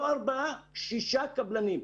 לא ארבעה אלא שישה קבלנים.